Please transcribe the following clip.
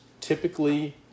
typically